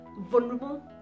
vulnerable